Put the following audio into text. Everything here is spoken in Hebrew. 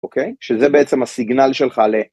אוקיי? שזה בעצם הסיגנל שלך ל...